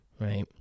right